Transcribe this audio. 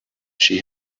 she